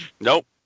Nope